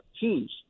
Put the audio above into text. teams